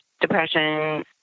depression